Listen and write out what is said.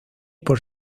por